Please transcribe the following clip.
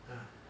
ah